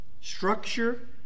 structure